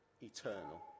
eternal